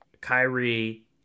Kyrie